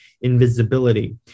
invisibility